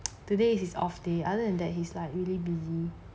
today is his off day other than that he's like really busy